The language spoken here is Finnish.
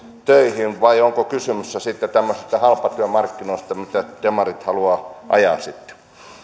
töihin vai onko kysymys sitten tämmöisistä halpatyömarkkinoista mitä demarit haluavat sitten